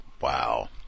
Wow